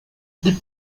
the